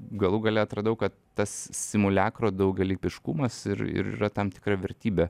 galų gale atradau kad tas simuliakro daugialypiškumas ir ir yra tam tikra vertybė